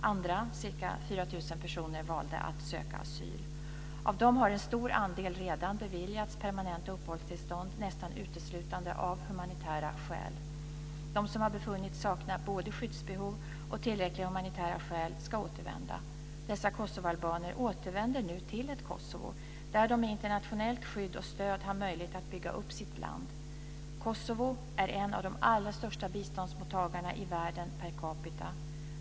Andra - ca 4 000 personer - valde att söka asyl. Av dem har en stor andel redan beviljats permanenta uppehållstillstånd - nästan uteslutande av humanitära skäl. De som har befunnits sakna både skyddsbehov och tillräckliga humanitära skäl ska återvända. Dessa kosovoalbaner återvänder nu till ett Kosovo där de med internationellt skydd och stöd har möjlighet att bygga upp sitt land. Kosovo är en av de allra största biståndsmottagarna i världen per capita.